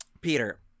Peter